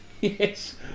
Yes